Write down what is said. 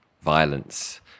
violence